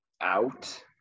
out